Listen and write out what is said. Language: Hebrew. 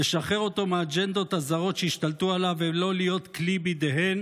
לשחרר אותו מהאג'נדות הזרות שהשתלטו עליו ולא להיות כלי בידיהן